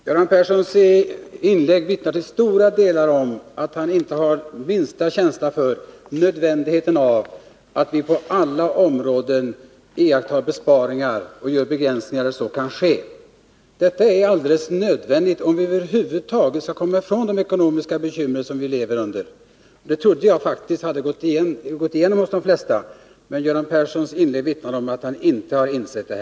Herr talman! Göran Perssons inlägg vittnar till stora delar om att han inte har minsta känsla för nödvändigheten av att vi på alla områden iakttar besparingar och gör begränsningar där så kan ske. Det är helt nödvändigt, om vi över huvud taget skall komma ifrån de ekonomiska bekymmer som vi lever med. Jag trodde faktiskt att detta hade slagit igenom hos de flesta. Men Göran Perssons inlägg vittnar om att han inte har insett det.